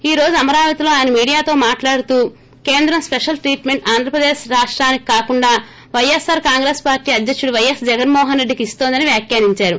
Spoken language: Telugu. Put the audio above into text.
ఈ రోజు అమరావతిలో మీడియాతో మాట్లాడుతూ కేంద్రం స్పెషల్ ట్రీట్మింట్ ఆంధ్రప్రదేశ్ రాష్టానికి కాకుండా పైఎస్సార్ కాంగ్రెస్ పార్లీ అధ్యకుడు పైఎస్ జగన్మోహన్రెడ్డికి ఇస్తుందని వ్యాఖ్యానించారు